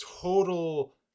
total